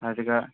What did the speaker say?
అదికాదు